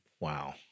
Wow